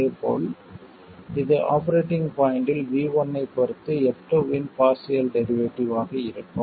இதேபோல் இது operating point இல் V1 ஐப் பொறுத்து f2 இன் பார்சியல் டெரிவேட்டிவ் ஆக இருக்கும்